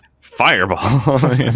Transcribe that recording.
Fireball